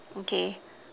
okay